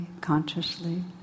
consciously